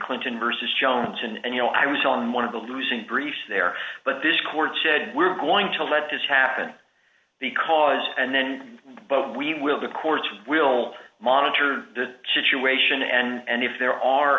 clinton versus johnson and you know i was on one of the losing briefs there but this court said we're going to lead his happen because and then we will the courts will monitor the situation and if there are